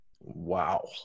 wow